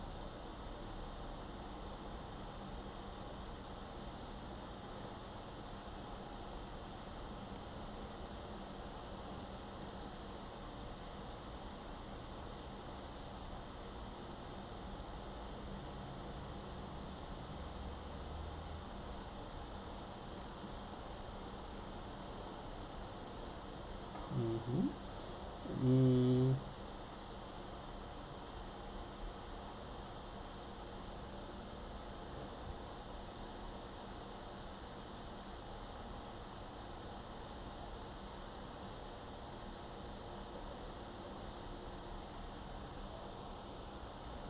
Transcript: mmhmm mm